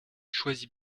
choisis